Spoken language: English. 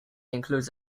includes